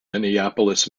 minneapolis